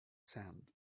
sand